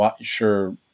sure